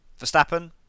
Verstappen